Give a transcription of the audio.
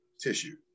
Tissue